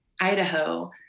Idaho